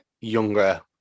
younger